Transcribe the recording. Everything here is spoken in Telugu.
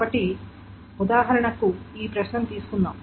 కాబట్టి ఉదాహరణకు ఈ ప్రశ్నను తీసుకుందాం